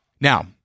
Now